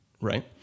Right